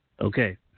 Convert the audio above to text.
Okay